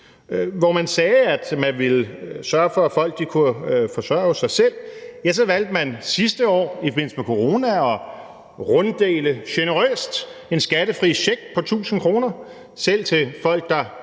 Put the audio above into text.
Hvor man sagde, at man ville sørge for, at folk kunne forsørge sig selv, valgte man sidste år i forbindelse med coronaen generøst at runddele en skattefri check på 1.000 kr. selv til folk, der